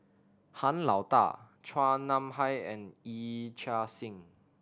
Han Lao Da Chua Nam Hai and Yee Chia Hsing